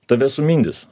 tave sumindys